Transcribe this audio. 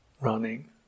running